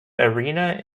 arena